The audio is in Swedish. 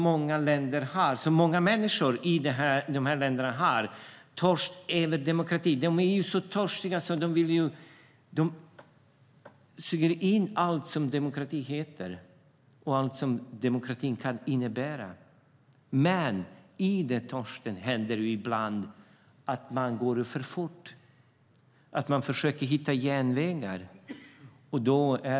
Många människor i de här länderna har en törst efter demokrati och suger in allt vad demokrati heter och allt som demokrati kan innebära, men i den törsten händer det ibland att man går för fort fram och försöker hitta genvägar.